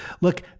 look